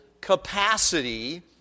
capacity